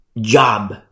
job